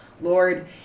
Lord